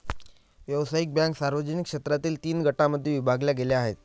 व्यावसायिक बँका सार्वजनिक क्षेत्रातील तीन गटांमध्ये विभागल्या गेल्या आहेत